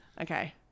Okay